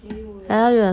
没有 leh